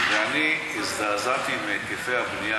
והזדעזעתי מהיקפי הבנייה